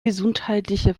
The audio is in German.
gesundheitliche